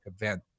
event